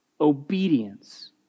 Obedience